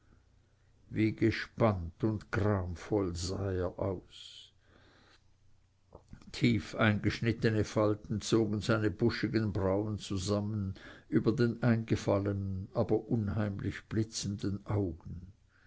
wie gespannt und gramvoll sah er aus tief eingeschnittene falten zogen seine buschigen brauen zusammen über den eingefallenen aber unheimlich blitzenden augen